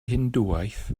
hindŵaeth